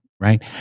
right